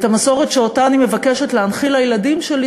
את המסורת שאותה אני מבקשת להנחיל לילדים שלי,